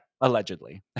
allegedly